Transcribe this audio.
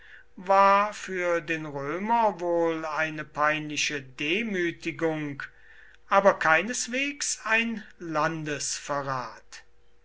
war für den römer wohl eine peinliche demütigung aber keineswegs ein landesverrat